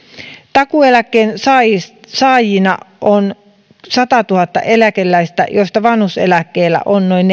takuueläkkeen saajina on satatuhatta eläkeläistä joista vanhuuseläkkeellä on noin